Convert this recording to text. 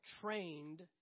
trained